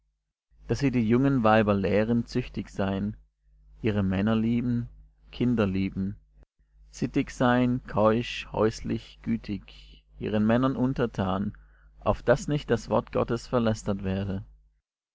daß sie die jungen weiber lehren züchtig sein ihre männer lieben kinder lieben sittig sein keusch häuslich gütig ihren männern untertan auf daß nicht das wort gottes verlästert werde